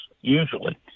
usually